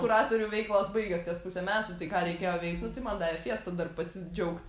kuratorių veiklos baigias kas pusę metų tai ką reikėjo veikt nu tai man davė fiesta dar pasidžiaugt